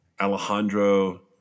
Alejandro